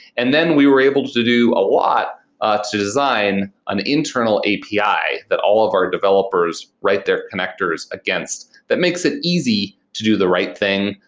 and then we were able to do a lot ah to design an internal api that all of our developers write their connectors against that makes it easy to do the right thing,